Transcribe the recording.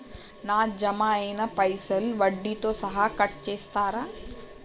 నా జమ అయినా పైసల్ వడ్డీతో సహా కట్ చేస్తరా?